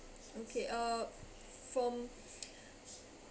okay uh from